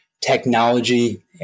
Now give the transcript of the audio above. technology